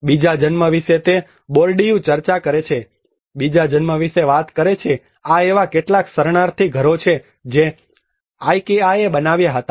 બીજા જન્મ વિશે તે બોર્ડીયૂ ચર્ચા કરે છે બીજા જન્મ વિશે વાત કરે છે આ એવા કેટલાક શરણાર્થી ઘરો છે જે આઈકેઆએ બનાવ્યાં હતાં